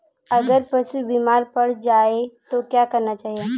अगर पशु बीमार पड़ जाय तो क्या करना चाहिए?